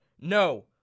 No